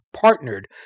partnered